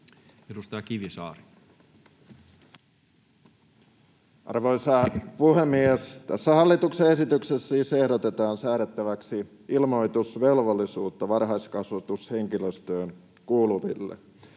Edustaja Kivisaari. Arvoisa puhemies! Tässä hallituksen esityksessä siis ehdotetaan säädettäväksi ilmoitusvelvollisuutta varhaiskasvatushenkilöstöön kuuluville.